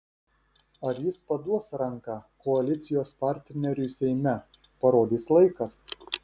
ar jis paduos ranką koalicijos partneriui seime parodys laikas